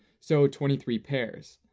so twenty three pairs.